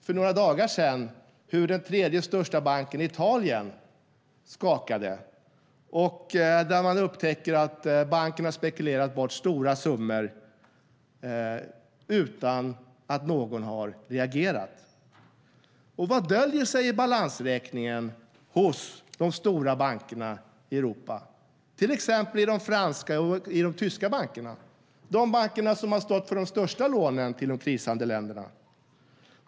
För några dagar sedan såg vi hur den tredje största banken i Italien skakade när det upptäcktes att banken spekulerat bort stora summor utan att någon reagerat. Vad döljer sig i balansräkningen hos de stora bankerna i Europa, till exempel i de franska och tyska bankerna som har stått för de största lånen till de krisande länderna?